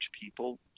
people